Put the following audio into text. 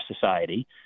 society